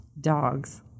Dogs